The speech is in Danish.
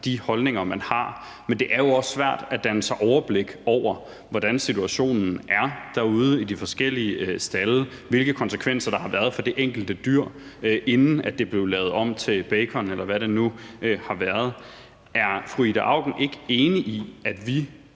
de holdninger, man har. Men det er jo også svært at danne sig overblik over, hvordan situationen er derude i de forskellige stalde, og hvilke konsekvenser der har været for det enkelte dyr, inden det blev lavet om til bacon, eller hvad det nu måtte være. Er fru Ida Auken ikke enig i, at vi